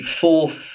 fourth